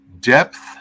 depth